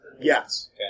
Yes